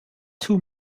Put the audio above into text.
two